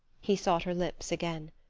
he sought her lips again.